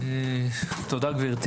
תודה גברתי.